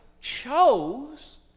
chose